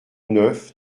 neuf